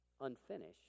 unfinished